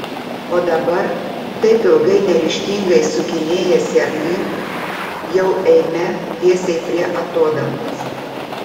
o dabar taip ilgai neryžtingai sukinėjęsi aplink jau eime tiesiai prie atodangos